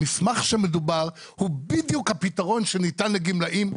המסמך שמדובר הוא בדיוק הפתרון שניתן לגמלאים,